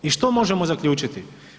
I što možemo zaključiti?